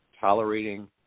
tolerating